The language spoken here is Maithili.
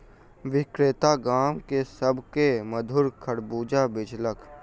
विक्रेता गाम में सभ के मधुर खरबूजा बेचलक